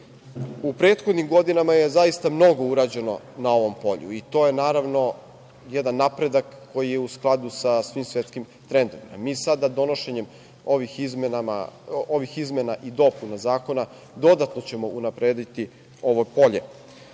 prethodnim godinama je zaista mnogo urađeno na ovom polju i to je naravno jedan napredak koji je u skladu sa svim svetskim trendovima. Mi sada donošenjem ovih izmena i dopuna zakona dodatno ćemo unaprediti ovo polje. Naime,